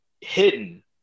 hidden